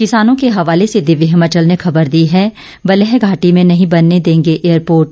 किसानों के हवाले से दिव्य हिमाचल ने खबर दी है बल्ह घाटी में नहीं बनने देंगे एयरपोर्ट